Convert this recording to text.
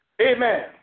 amen